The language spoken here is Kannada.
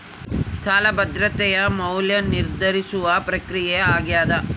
ಸಾಲ ಭದ್ರತೆಯ ಮೌಲ್ಯ ನಿರ್ಧರಿಸುವ ಪ್ರಕ್ರಿಯೆ ಆಗ್ಯಾದ